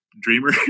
dreamer